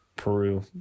Peru